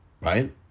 Right